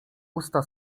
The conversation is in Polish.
usta